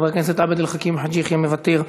חבר הכנסת עבד אל חכים חאג' יחיא, מוותר.